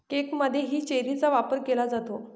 केकमध्येही चेरीचा वापर केला जातो